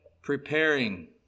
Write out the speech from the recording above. preparing